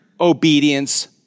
obedience